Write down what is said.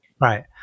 Right